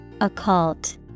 Occult